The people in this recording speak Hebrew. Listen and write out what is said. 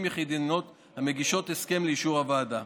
יחידניות המגישות הסכם לאישור הוועדה.